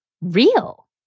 real